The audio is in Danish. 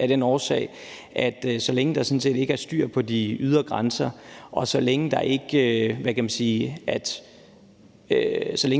simpel årsag – at så længe der sådan set ikke er styr på de ydre grænser, og så længe